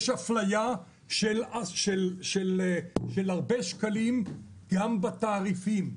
יש אפליה של הרבה שקלים גם בתעריפים,